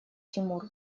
тимур